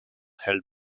held